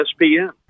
ESPN